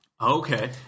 Okay